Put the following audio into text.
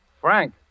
Frank